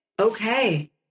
Okay